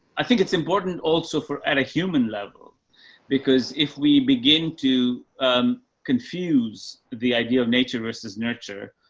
i think it's important also for at a human level because if we begin to um confuse the idea of nature versus nurture,